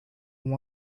one